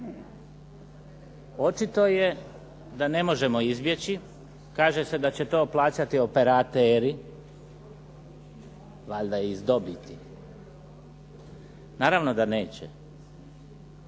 Očito je da ne možemo izbjeći. Kaže se da će to plaćati operateri, valjda iz dobiti. Naravno da neće.